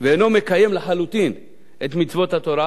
ואינו מקיים לחלוטין את מצוות התורה,